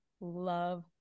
love